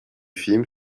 film